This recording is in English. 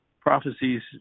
prophecies